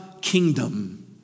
kingdom